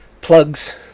plugs